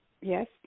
Yes